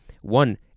one